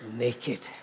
naked